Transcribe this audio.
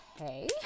okay